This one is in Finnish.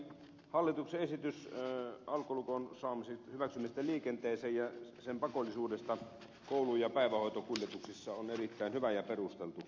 hallituksen esitys laeiksi alkolukon hyväksymisestä liikenteeseen ja sen pakollisuudesta koulu ja päivähoitokuljetuksissa on erittäin hyvä ja perusteltu